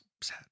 Sad